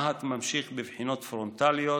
מה"ט ממשיך בבחינות פרונטליות,